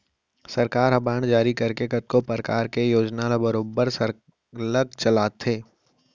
सरकार ह बांड जारी करके कतको परकार के योजना ल बरोबर सरलग चलाथे